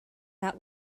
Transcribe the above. out